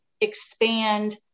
expand